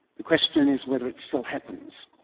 the question is whether it still happens.